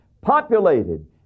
populated